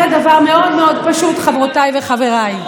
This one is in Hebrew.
אני אומרת דבר מאוד מאוד פשוט, חברותיי וחבריי,